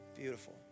Beautiful